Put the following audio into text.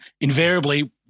invariably